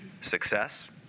success